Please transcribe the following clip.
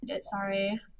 sorry